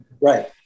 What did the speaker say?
Right